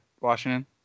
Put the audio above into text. Washington